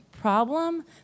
problem